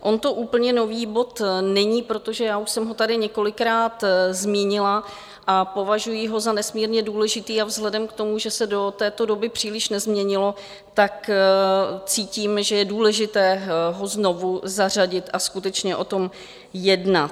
On to úplně nový bod není, protože já už jsem ho tady několikrát zmínila a považuji ho za nesmírně důležitý a vzhledem k tomu, že se do této doby příliš nezměnilo, tak cítím, že je důležité ho znovu zařadit a skutečně o tom jednat.